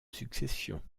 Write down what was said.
succession